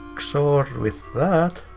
sort of with that.